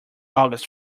august